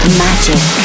magic